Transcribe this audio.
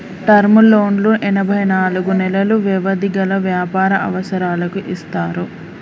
term లోన్లు ఎనభై నాలుగు నెలలు వ్యవధి గల వ్యాపార అవసరాలకు ఇస్తారు